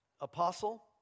apostle